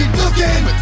looking